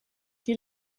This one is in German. die